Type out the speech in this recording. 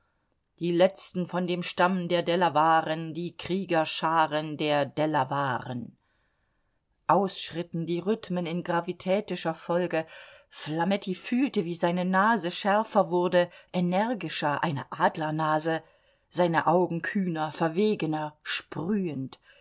die letzten von dem stamm der delawaren die kriegerscharen der delawaren ausschritten die rhythmen in gravitätischer folge flametti fühlte wie seine nase schärfer wurde energischer eine adlernase seine augen kühner verwegener sprühend